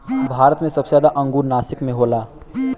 भारत मे सबसे जादा अंगूर नासिक मे होला